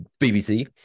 BBC